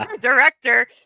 director